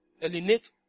eliminate